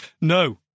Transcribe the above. No